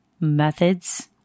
methods